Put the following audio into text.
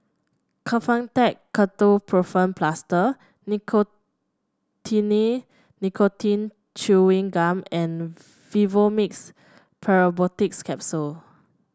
Kefentech Ketoprofen Plaster Nicotinell Nicotine Chewing Gum and Vivomixx Probiotics Capsule